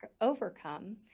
overcome